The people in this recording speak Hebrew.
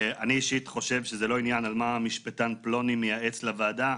אני אישית חושב שזה לא עניין על מה משפטן פלוני מייעץ לוועדה,